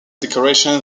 decorations